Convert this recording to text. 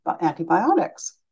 antibiotics